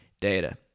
data